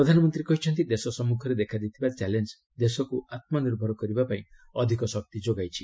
ପ୍ରଧାନମନ୍ତ୍ରୀ କହିଛନ୍ତି ଦେଶ ସମ୍ମୁଖରେ ଦେଖାଦେଇଥିବା ଚ୍ୟାଲେଞ୍ଜ ଦେଶକୁ ଆତ୍ମନିର୍ଭର କରିବା ପାଇଁ ଅଧିକ ଶକ୍ତି ଯୋଗାଇଛି